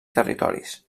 territoris